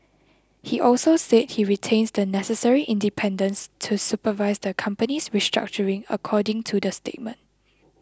he also said he retains the necessary independence to supervise the company's restructuring according to the statement